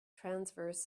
transverse